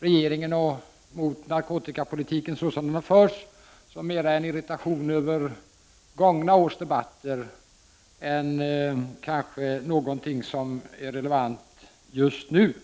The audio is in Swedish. regeringen och mot narkotikapolitiken såsom den har förts mera som en irritation över gångna års debatter än någonting som är relevant just nu.